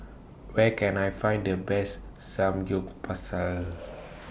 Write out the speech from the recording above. Where Can I Find The Best Samgyeopsal